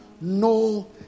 no